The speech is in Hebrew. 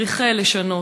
צריך לשנות.